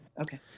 Okay